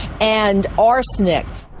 and arsenic.